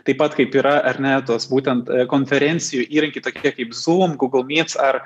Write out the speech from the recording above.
taip pat kaip yra ar ne tos būtent konferencijų įrankiai tokie kaip zūm gūgl myts ar